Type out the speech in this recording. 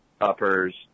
Uppers